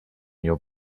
your